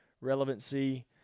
relevancy